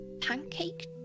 pancake